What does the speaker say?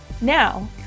Now